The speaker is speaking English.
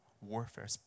warfare